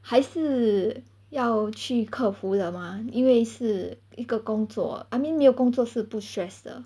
还是要去克服的吗因为是一个工作 I mean 没有工作是不 stress 的